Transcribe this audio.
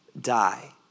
die